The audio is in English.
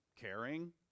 caring